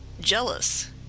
Jealous